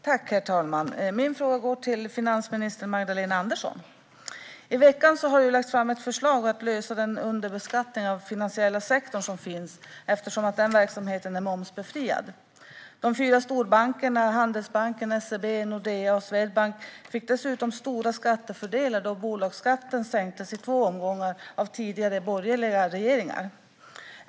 Herr talman! Min fråga går till finansminister Magdalena Andersson. I veckan har det lagts fram ett förslag om att lösa den underbeskattning av den finansiella sektorn som finns eftersom dess verksamhet är momsbefriad. De fyra storbankerna Handelsbanken, SEB, Nordea och Swedbank fick stora skattefördelar då bolagsskatten sänktes i två omgångar av tidigare borgerliga regeringar.